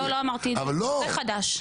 לא אמרתי, זה חדש.